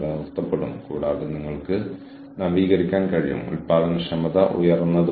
വ്യത്യസ്ത ഉറവിടങ്ങളിൽ നിന്ന് നമ്മൾ വിവരങ്ങൾ കണ്ടത്തേണ്ടതുണ്ട്